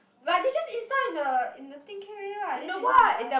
but they just install in the in the thing can already what then they just buy